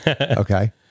Okay